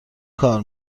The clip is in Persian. کار